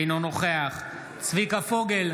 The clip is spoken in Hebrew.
אינו נוכח צביקה פוגל,